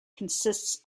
consists